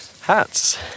hats